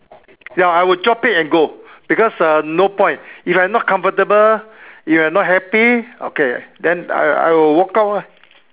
ya I would drop it and go because uh no point if I'm not comfortable if I'm not happy okay then I I will walk out lah